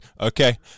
okay